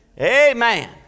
Amen